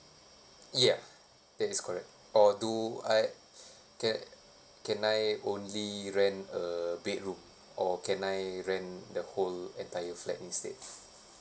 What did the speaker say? yeah that is correct or do I can can I only rent a bedroom or can I rent the whole entire flat instead